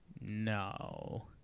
no